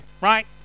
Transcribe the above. right